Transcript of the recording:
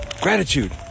Gratitude